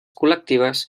col·lectives